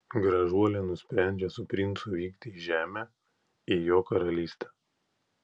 gražuolė nusprendžia su princu vykti į žemę į jo karalystę